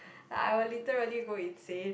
like I would literally go insane